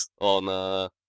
on